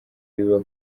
biba